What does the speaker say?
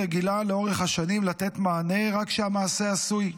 רגילה לאורך השנים לתת מענה רק כשהמעשה עשוי,